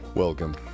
Welcome